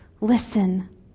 listen